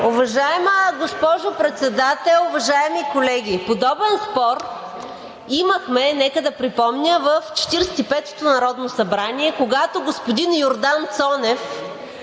Уважаема госпожо Председател, уважаеми колеги! Подобен спор имахме – нека да припомня, в 45-ото народно събрание, когато господин Йордан Цонев,